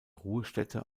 ruhestätte